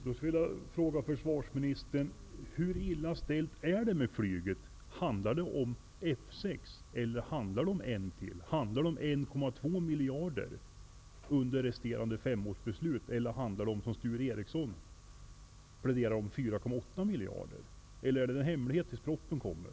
Herr talman! Hur illa ställt är det då med flyget, försvarsministern? Handlar det bara om F 6, eller handlar det om en flottilj till? Handlar det om 1,2 miljarder under resterande delen av femårsperioden, eller handlar det om 4,8 miljarder, som Sture Ericson pläderar för? Eller är detta en hemlighet tills propositionen kommer?